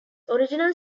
original